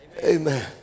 Amen